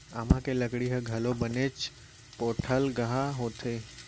आमा के लकड़ी ह घलौ बनेच पोठलगहा होथे